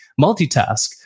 multitask